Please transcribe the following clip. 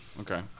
Okay